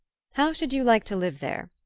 how should you like to live there?